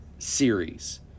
series